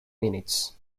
minutes